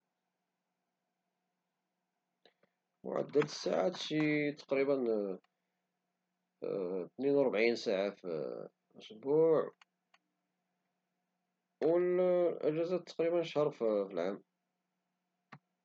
عد الساعات شي تقريبا تناين او ربعين ساعة في الاسبوع او جات تقريبا شهر في العام